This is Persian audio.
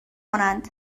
کنن